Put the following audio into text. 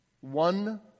one